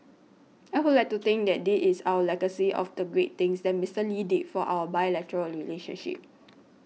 I would like to think that this is out legacy of the great things that Mister Lee did for our bilateral relationship